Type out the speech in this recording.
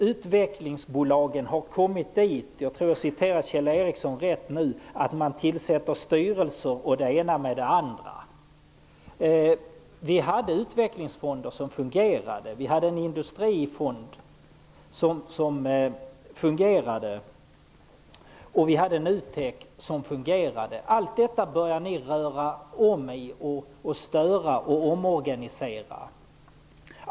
Utvecklingsbolagen har kommit dithän -- jag tror att jag citerar Kjell Ericsson rätt nu -- att man tillsätter styrelser m.m. Vi hade utvecklingsfonder som fungerade. Vi hade en industrifond och NUTEK som fungerade. Allt detta började ni röra om i och omorganisera.